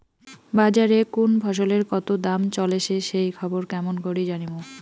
বাজারে কুন ফসলের কতো দাম চলেসে সেই খবর কেমন করি জানীমু?